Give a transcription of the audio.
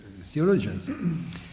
theologians